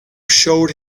showed